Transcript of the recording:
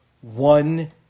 one